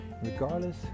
Regardless